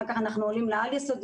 אחר כך אנחנו עולים לעל-יסודי,